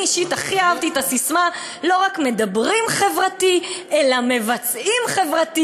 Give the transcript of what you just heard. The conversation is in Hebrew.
אני אישית הכי אהבתי את הססמה "לא רק מדברים חברתי אלא מבצעים חברתי"